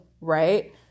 right